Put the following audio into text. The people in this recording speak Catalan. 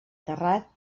terrat